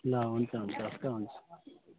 ल हुन्छ हुन्छ हस् के हुन्छ